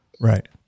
Right